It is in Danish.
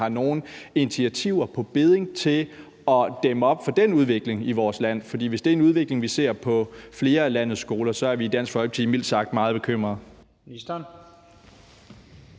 har nogle initiativer på bedding til at dæmme op for den udvikling i vores land. For hvis det er en udvikling, vi ser på flere af landets skoler, er vi i Dansk Folkeparti mildt sagt meget bekymrede. Kl.